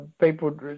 people